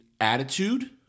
attitude